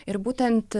ir būtent